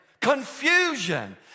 Confusion